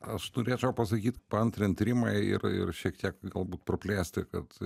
aš turėčiau pasakyt paantrint rimai ir ir šiek tiek galbūt praplėsti kad